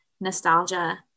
nostalgia